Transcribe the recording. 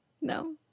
No